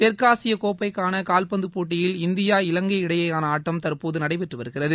தெற்காசிய கோப்பைக்கான காவ்பந்து போட்டியில் இந்தியா இலங்கை இடையேயான ஆட்டம் தற்போது நடைபெற்று வருகிறது